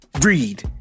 read